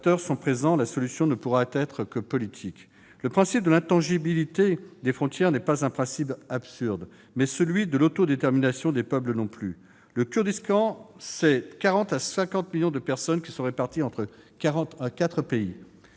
nombreux acteurs y sont présents. La solution ne pourra être que politique. Le principe de l'intangibilité des frontières n'est pas absurde, mais celui de l'autodétermination des peuples non plus. Le Kurdistan, c'est de 40 millions à 50 millions de personnes réparties entre quatre pays.